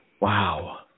Wow